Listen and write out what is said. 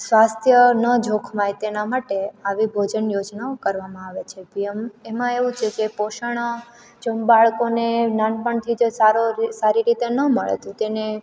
સ્વાસ્થ્ય ન જોખમાય તેના માટે આવી ભોજન યોજનાઓ કરવામાં આવે છે પીએમ એમાં એવું છે કે પોષણ જો બાળકોને નાનપણથી જ સારો સારી રીતે ન મળે તો તેને